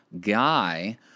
guy